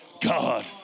God